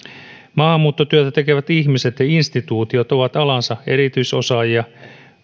maahanmuuttotyötä tekevät ihmiset ja instituutiot ovat alansa erityisosaajia